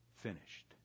finished